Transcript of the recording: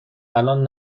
الان